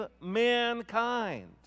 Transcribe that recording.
mankind